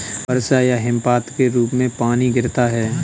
वर्षा या हिमपात के रूप में पानी गिरता है